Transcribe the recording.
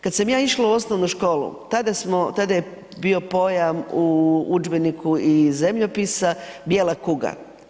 Kada sam ja išla u osnovnu školu, tada je bio pojam u udžbeniku iz zemljopisa bijela kuga.